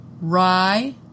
rye